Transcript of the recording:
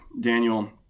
Daniel